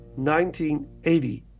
1980